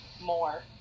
more